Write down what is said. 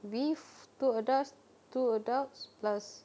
we fo~ two adults two adults plus